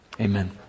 amen